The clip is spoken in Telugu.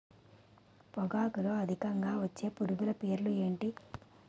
పొగాకులో అధికంగా వచ్చే పురుగుల పేర్లు ఏంటి